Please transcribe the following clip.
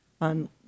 on